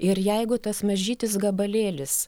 ir jeigu tas mažytis gabalėlis